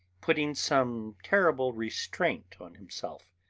putting some terrible restraint on himself.